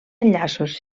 enllaços